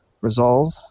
resolve